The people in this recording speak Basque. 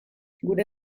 gure